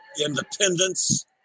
independence